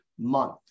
month